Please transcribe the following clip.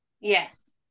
Yes